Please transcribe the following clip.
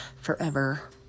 forever